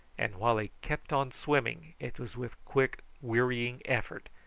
and while he kept on swimming, it was with quick wearying effort,